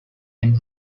and